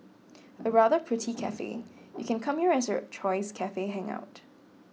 a rather pretty cafe you can come here as your choice cafe hangout